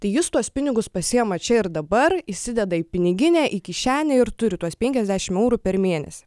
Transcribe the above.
tai jis tuos pinigus pasiima čia ir dabar įsideda į piniginę į kišenę ir turi tuos penkiasdešim eurų per mėnesį